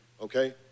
okay